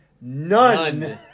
none